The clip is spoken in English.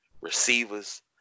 receivers